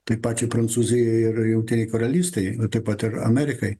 tai pačiai prancūzijai ir jungtinei karalystei taip pat ir amerikai